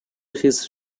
his